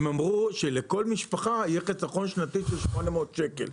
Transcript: הם אמרו שלכל משפחה יהיה חסכון שנתי של 800 שקלים.